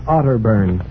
Otterburn